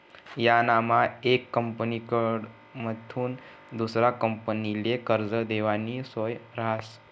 यानामा येक कंपनीकडथून दुसरा कंपनीले कर्ज देवानी सोय रहास